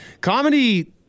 comedy